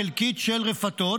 זאת רשימה חלקית של רפתות.